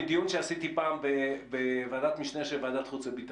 מדיון שעשיתי פעם בוועדת משנה של ועדת החוץ והביטחון,